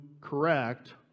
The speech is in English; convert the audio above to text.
correct